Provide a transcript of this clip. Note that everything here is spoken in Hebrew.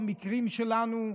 במקרים שלנו,